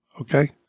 Okay